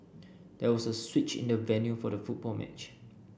there was a switch in the venue for the football match